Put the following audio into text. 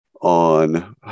on